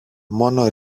μόνο